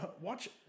watch